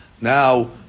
now